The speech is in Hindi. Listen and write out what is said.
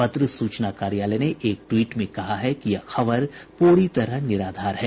पत्र सूचना कार्यालय ने एक ट्वीट में कहा है कि यह खबर पूरी तरह निराधार है